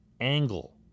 angle